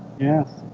yes,